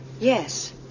Yes